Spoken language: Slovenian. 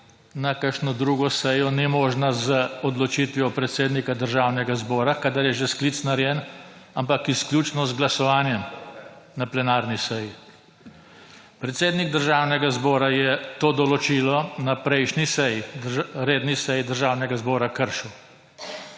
na kakšno drugo sejo, ni možna z odločitvijo predsednika Državnega zbora, kadar je že sklic narejen, ampak izključno z glasovanjem. Na plenarni seji. Predsednik Državnega zbora je to določilo na prejšnji **116. TRAK: